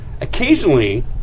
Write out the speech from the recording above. Occasionally